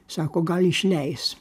sako gal išleis